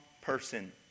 person